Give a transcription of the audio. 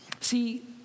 See